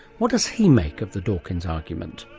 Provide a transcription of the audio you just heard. what does he make of the dawkins argument?